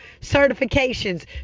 certifications